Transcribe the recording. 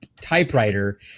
typewriter